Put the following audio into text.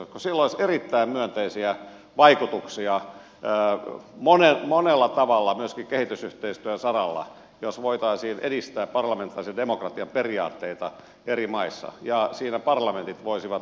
sillä olisi erittäin myönteisiä vaikutuksia monella tavalla myöskin kehitysyhteistyön saralla jos voitaisiin edistää parlamentaarisen demokratian periaatteita eri maissa ja siinä parlamentit voisivat näytellä myöskin roolia